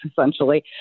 essentially